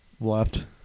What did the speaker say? Left